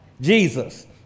Jesus